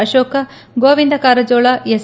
Ashok Govind Karjol S